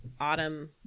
autumn